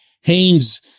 Haynes